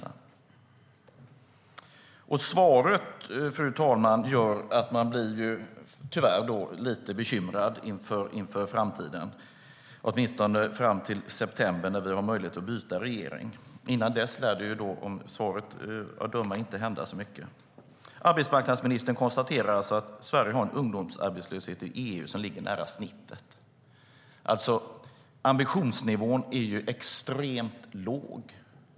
Fru talman! Svaret gör att man tyvärr blir lite bekymrad inför framtiden, åtminstone fram till september i år när det finns möjlighet att byta regering. Innan dess lär det av svaret att döma inte hända så mycket. Arbetsmarknadsministern konstaterar alltså att Sverige har en ungdomsarbetslöshet som ligger nära genomsnittet i EU. Ambitionsnivån är ju extremt låg.